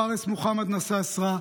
פארס מוחמד נסאסרה,